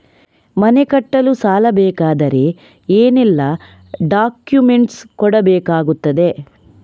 ಮನೆ ಕಟ್ಟಲು ಸಾಲ ಸಿಗಬೇಕಾದರೆ ಏನೆಲ್ಲಾ ಡಾಕ್ಯುಮೆಂಟ್ಸ್ ಕೊಡಬೇಕಾಗುತ್ತದೆ?